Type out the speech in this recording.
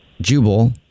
Jubal